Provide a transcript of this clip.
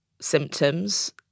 symptoms